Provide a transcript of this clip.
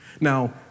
Now